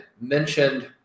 mentioned